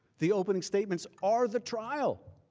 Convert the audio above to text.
the opening statements are the trial.